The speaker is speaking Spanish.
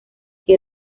que